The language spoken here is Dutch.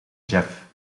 jef